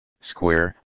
square